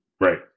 Right